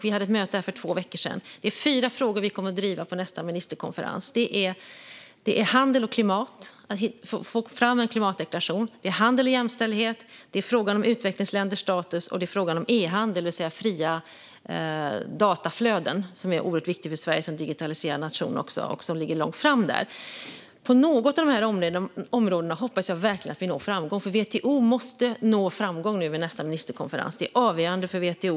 Vi hade ett möte här för två veckor sedan. Det är fyra frågor som vi kommer att driva på nästa ministerkonferens. Det är handel och klimat och att få fram en klimatdeklaration. Det är handel och jämställdhet. Det är frågan om utvecklingsländers status. Det är frågan om e-handel, det vill säga fria dataflöden. Det är något som är oerhört viktigt för Sverige som digitaliserad nation och där vi ligger långt fram. På något av dessa områden hoppas jag verkligen att vi når framgång. WTO måste nu nå framgång vid nästa ministerkonferens. Det är avgörande för WTO.